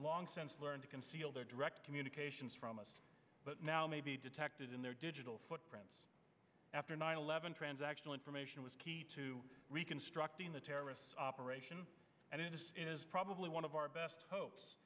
long since learned to conceal their direct communications from us but now may be detected in their digital footprints after nine eleven transactional information was key to reconstructing the terrorists operation and it is probably one of our best hopes